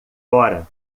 fora